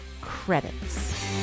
credits